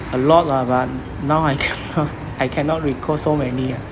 a lot lah but now I I cannot recall so many ah